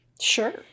Sure